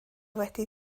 wedi